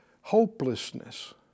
hopelessness